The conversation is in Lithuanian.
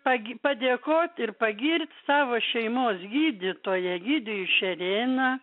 pag padėkot ir pagirt savo šeimos gydytoją egidijų šerėną